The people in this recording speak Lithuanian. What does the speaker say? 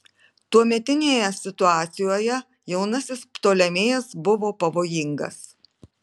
tuometinėje situacijoje jaunasis ptolemėjas buvo pavojingas